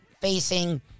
facing